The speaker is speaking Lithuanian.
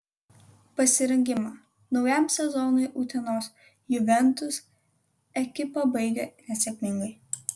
pasirengimą naujam sezonui utenos juventus ekipa baigė nesėkmingai